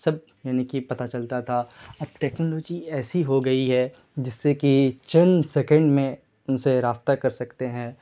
سب یعنی کہ پتہ چلتا تھا اب ٹیکنالوجی ایسی ہو گئی ہے جس سے کہ چند سیکنڈ میں ان سے رابطہ کر سکتے ہیں